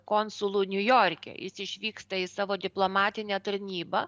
konsulu niujorke jis išvyksta į savo diplomatinę tarnybą